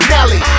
Nelly